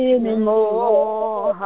anymore